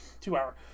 two-hour